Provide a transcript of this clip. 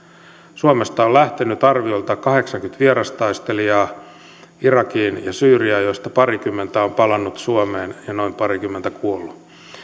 suomesta on on lähtenyt arviolta kahdeksankymmentä vierastaistelijaa irakiin ja syyriaan joista parikymmentä on palannut suomeen ja noin parikymmentä kuollut